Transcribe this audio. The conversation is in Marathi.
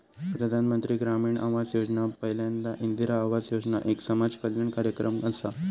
प्रधानमंत्री ग्रामीण आवास योजना पयल्यांदा इंदिरा आवास योजना एक समाज कल्याण कार्यक्रम असा